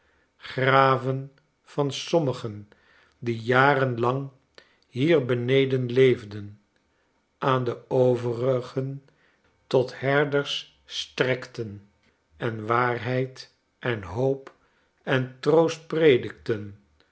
graven van sommigen die jarenlang hier beneden leefden aan de overigen tot herders strekten en waarheid en hoop en troost predikten